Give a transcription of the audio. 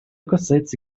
касается